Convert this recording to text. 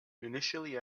initially